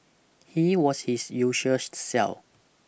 he was his usual self